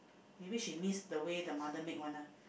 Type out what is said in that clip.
maybe she miss the way the mother make one ah